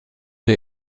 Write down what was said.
die